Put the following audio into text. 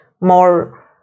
more